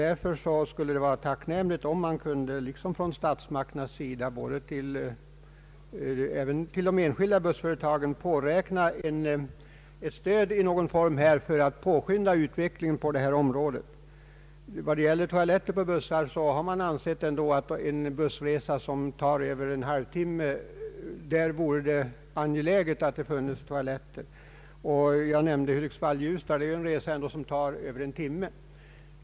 Därför skulle det vara tacknämligt om även de enskilda bussföretagen liksom självfallet SJ kunde påräkna stöd i någon form från statsmakternas sida för att påskynda utvecklingen på detta område. Vad gäller toaletter på bussar har man ansett, att det vore angeläget att det funnes toaletter vid bussresor som tar över en halvtimme.